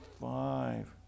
five